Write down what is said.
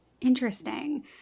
Interesting